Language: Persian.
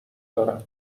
دارم